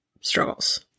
struggles